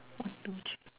one two three